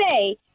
say